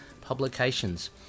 publications